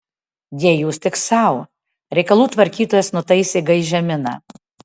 jeigu jūs tik sau reikalų tvarkytojas nutaisė gaižią miną